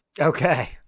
Okay